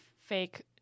fake